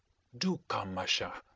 do come, masha.